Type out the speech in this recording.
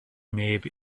neb